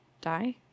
die